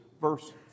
verse